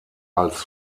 als